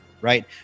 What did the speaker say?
right